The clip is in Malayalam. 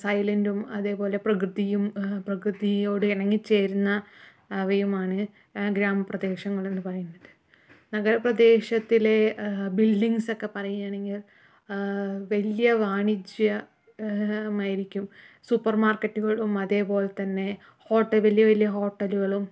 സൈലന്റും അതുപോലെ പ്രകൃതിയും പ്രകൃതിയോട് ഇണങ്ങിച്ചേരുന്ന അവയുമാണ് ഗ്രാമപ്രദേശങ്ങൾ എന്ന് പറയുന്നത് നഗരപ്രദേശത്തിലെ ബിൽഡിംഗ്സ് ഒക്കെ പറയാണെങ്കിൽ വലിയ വാണിജ്യമായിരിക്കും സൂപ്പർമാർക്കറ്റുകളും അതേപോലെതന്നെ ഹോട്ട വലിയ വലിയ ഹോട്ടലുകളും